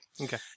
Okay